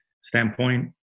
standpoint